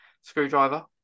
screwdriver